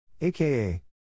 aka